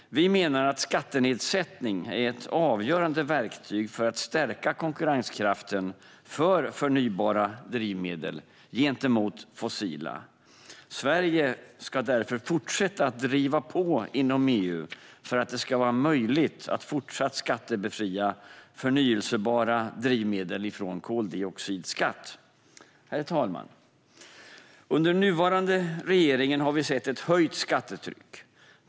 Vi menar att skattenedsättning är ett avgörande verktyg för att stärka konkurrenskraften för förnybara drivmedel gentemot fossila. Sverige ska därför fortsätta att driva på inom EU för att det ska vara möjligt att fortsatt skattebefria förnybara drivmedel från koldioxidskatt. Herr talman! Under den nuvarande regeringens tid har vi sett ett höjt skattetryck.